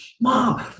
mom